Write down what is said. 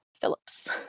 Phillips